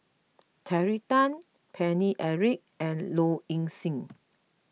Terry Tan Paine Eric and Low Ing Sing